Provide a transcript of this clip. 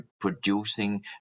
producing